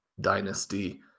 dynasty